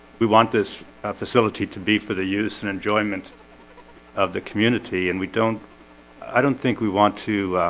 we want this facility to be for the use and enjoyment of the community and we don't i don't think we want to